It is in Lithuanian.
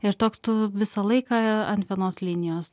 ir toks tu visą laiką ant vienos linijos